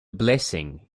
blessing